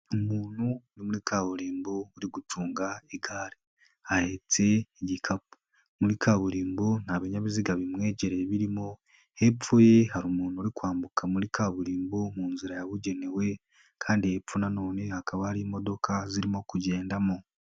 Umuntu uri muri kaburimbo uri gucunga igare, ahahetse igikapu muri kaburimbo nta binyabiziga bimwegereye birimo, hepfo ye hari umuntu uri kwambuka muri kaburimbo mu nzira yabugenewe kandi hepfo nanone hakaba hari imodoka zirimo kugendamo.